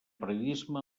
periodisme